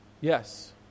Yes